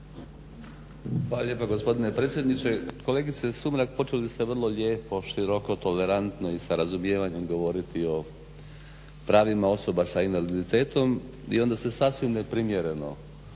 Hvala lijepa gospodine predsjedniče. Kolegice Sumrak počeli ste vrlo lijepo, široko, tolerantno i sa razumijevanjem govoriti o pravima osoba sa invaliditetom i onda ste sasvim neprimjereno